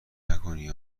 نکنی